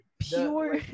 Pure